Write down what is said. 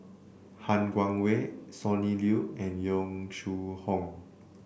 Han Guangwei Sonny Liew and Yong Shu Hoong